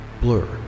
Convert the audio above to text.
Blur